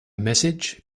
message